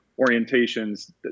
orientations